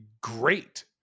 great